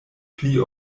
pli